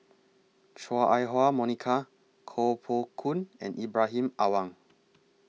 Chua Ah Huwa Monica Koh Poh Koon and Ibrahim Awang